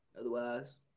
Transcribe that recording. Otherwise